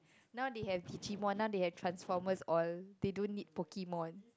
now they have Digimon now they have Transformers all they don't need Pokemon